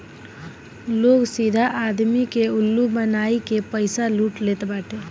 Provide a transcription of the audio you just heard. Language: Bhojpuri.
लोग सीधा आदमी के उल्लू बनाई के पईसा लूट लेत बाटे